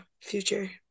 future